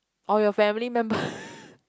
or your family member